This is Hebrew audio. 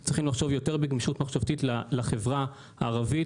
זה נובע מכמה סיבות: המצב הסוציו-אקונומי של החברה,